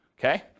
Okay